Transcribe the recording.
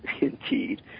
indeed